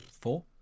Four